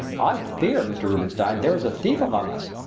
i fear, mr. rubenstein, there is a thief among us.